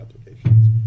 applications